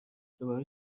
دوباره